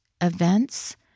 events